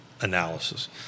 analysis